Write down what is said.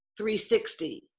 360